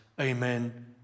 Amen